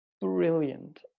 brilliant